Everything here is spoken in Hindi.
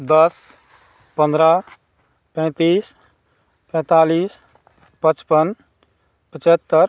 दस पन्द्रह पैंतीस पैंतालीस पचपन पचहत्तर